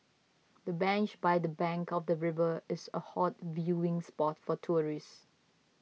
the bench by the bank of the river is a hot viewing spot for tourists